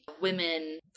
women